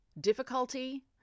difficulty